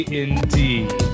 indeed